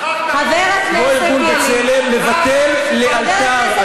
מחקת אוכלוסייה, לא ארגון "בצלם" לבטל לאלתר.